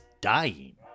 dying